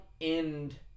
end